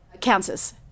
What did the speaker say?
Kansas